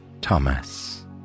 Thomas